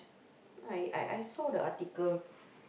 I I I saw the article